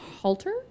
halter